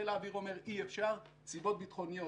חיל האוויר אומר אי אפשר מסיבות ביטחוניות,